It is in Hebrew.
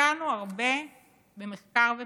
השקענו הרבה במחקר ופיתוח.